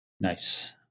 Nice